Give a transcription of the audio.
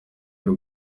y’u